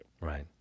Right